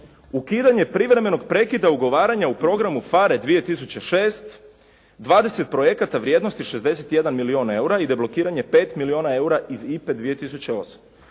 ukidanje privremenog prekida ugovaranja u programu PHARE 2006. 20 projekata vrijednosti 61 milijun eura i deblokiranje 5 milijuna eura iz IPA-e 2008.